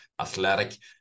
athletic